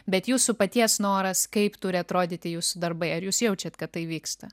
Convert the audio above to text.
bet jūsų paties noras kaip turi atrodyti jūsų darbai ar jūs jaučiat kad tai vyksta